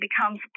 becomes